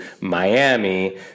Miami